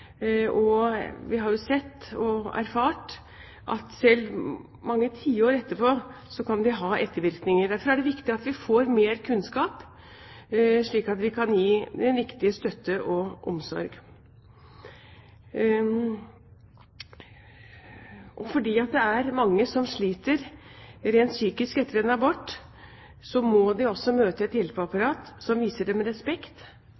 og vi har jo sett og erfart at selv i mange tiår etterpå kan de ha ettervirkninger. Derfor er det viktig at vi får mer kunnskap, slik at vi kan gi den riktige støtte og omsorg. Fordi det er mange som sliter rent psykisk etter en abort, må de også møte et hjelpeapparat som viser dem respekt,